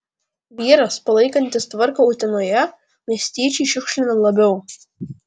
vyras palaikantis tvarką utenoje miestiečiai šiukšlina labiau